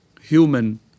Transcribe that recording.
human